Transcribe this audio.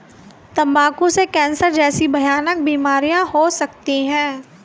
तंबाकू से कैंसर जैसी भयानक बीमारियां हो सकती है